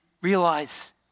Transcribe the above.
realize